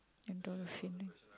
endorphins